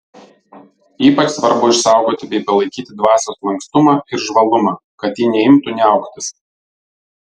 ypač svarbu išsaugoti bei palaikyti dvasios lankstumą ir žvalumą kad ji neimtų niauktis